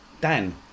Dan